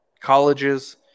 colleges